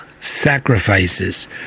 sacrifices